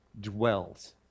dwells